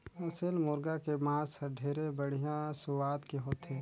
असेल मुरगा के मांस हर ढेरे बड़िहा सुवाद के होथे